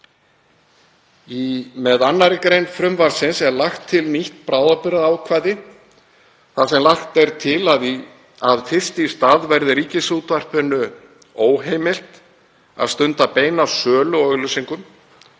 Með 2. gr. frumvarpsins er lagt til nýtt bráðabirgðaákvæði þar sem lagt er til að fyrst í stað verði Ríkisútvarpinu óheimilt að stunda beina sölu á auglýsingum,